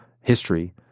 history